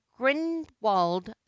Grindwald